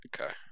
Okay